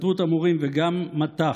הסתדרות המורים וגם מט"ח,